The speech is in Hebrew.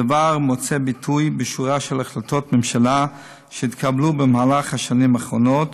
הדבר מוצא ביטוי בשורה של החלטות ממשלה שהתקבלו במהלך השנים האחרונות